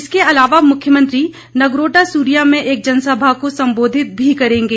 इसके अलावा मुख्यमंत्री नगरोटा सूरियां में एक जनसभा को संबोधित भी करेंगे